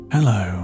Hello